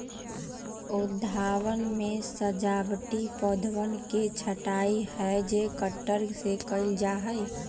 उद्यानवन में सजावटी पौधवन के छँटाई हैज कटर से कइल जाहई